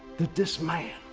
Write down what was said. that this man.